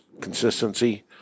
consistency